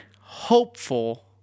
hopeful